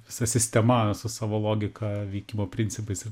visa sistema su savo logika veikimo principais ir